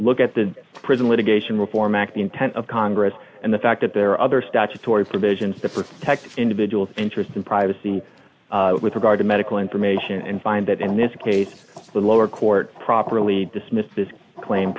look at the prison litigation reform act the intent of congress and the fact that there are other statutory provisions to protect individuals interest and privacy with regard to medical information and find that in this case the lower court properly dismissed this claim